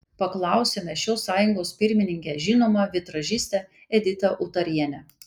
paklausėme šios sąjungos pirmininkę žinomą vitražistę editą utarienę